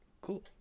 Cool